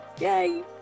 Yay